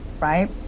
right